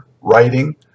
writing